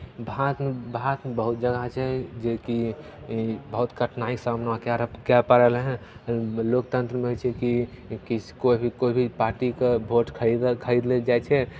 भारतमे भारतमे बहुत जादा होइ छै जेकि ई बहुत कठिनाइके सामना कए कए पा रहलै हेँ लोकतन्त्रमे होइ छै कि किस कोइ भी कोइ भी पार्टीके भोट खरीदल खरीद लेल जाइ छै